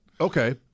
okay